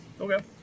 Okay